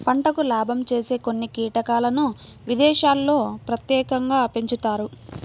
పంటకు లాభం చేసే కొన్ని కీటకాలను విదేశాల్లో ప్రత్యేకంగా పెంచుతారు